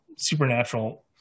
supernatural